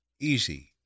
easy